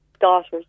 daughters